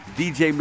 dj